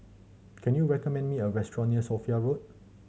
can you recommend me a restaurant near Sophia Road